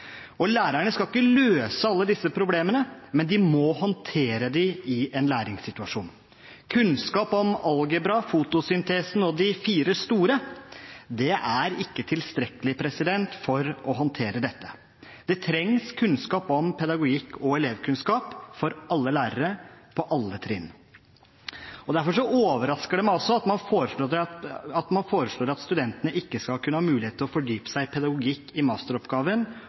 Lærerne skal ikke løse alle disse problemene, men de må håndtere dem i en læringssituasjon. Kunnskap om algebra, fotosyntesen og de fire store er ikke tilstrekkelig for å håndtere dette. Det trengs kunnskap om pedagogikk og elevkunnskap for alle lærere på alle trinn. Derfor overrasker det meg også at man foreslår at studentene ikke skal kunne ha mulighet til å fordype seg i pedagogikk i masteroppgaven